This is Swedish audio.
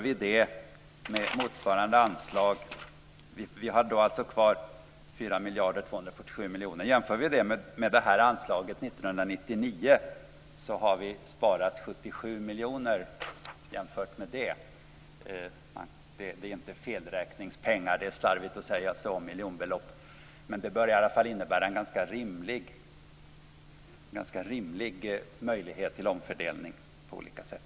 Vi har då kvar 4 247 miljoner. Jämför vi det med anslaget 1999 så har vi sparat 77 miljoner. Det är inte felräkningspengar - det är slarvigt att säga så om miljonbelopp - men det bör i alla fall innebära en ganska rimlig möjlighet till omfördelning på olika sätt.